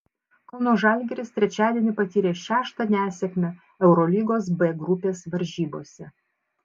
kauno žalgiris trečiadienį patyrė šeštą nesėkmę eurolygos b grupės varžybose